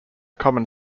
common